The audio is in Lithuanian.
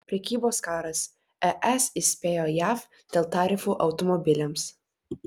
prekybos karas es įspėjo jav dėl tarifų automobiliams